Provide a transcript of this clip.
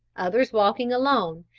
others walking alone,